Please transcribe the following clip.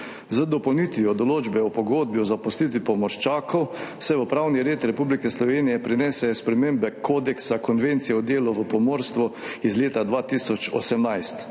Z dopolnitvijo določbe o pogodbi o zaposlitvi pomorščakov se v pravni red Republike Slovenije prenesejo spremembe kodeksa Konvencije o delu v pomorstvu iz leta 2018.